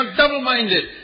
double-minded